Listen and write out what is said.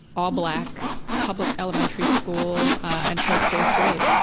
all black, public elementary school until fourth grade,